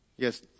Yes